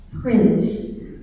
Prince